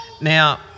now